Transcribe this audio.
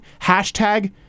Hashtag